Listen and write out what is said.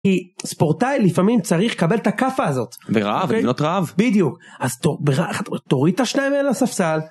כי ספורטאי לפעמים צריך לקבל את הכאפה הזאת. ברעב? במדינות רעב? בדיוק, אז תוריד את השניים אל הספסל.